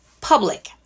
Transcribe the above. public